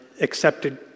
accepted